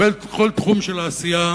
ובכל תחום של העשייה